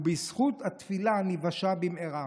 ובזכות התפילה ניוושע במהרה.